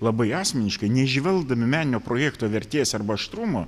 labai asmeniškai neįžvelgdami meninio projekto vertės arba aštrumo